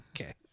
Okay